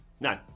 No